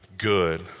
Good